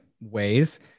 ways